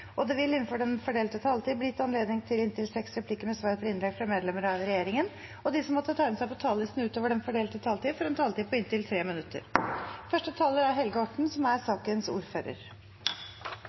vil det – innenfor den fordelte taletiden – bli gitt anledning til inntil seks replikker med svar etter innlegg fra medlemmer av regjeringen, og de som måtte tegne seg på talerlisten utover den fordelte taletid, får også en taletid på inntil 3 minutter.